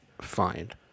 find